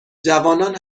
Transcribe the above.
جوانان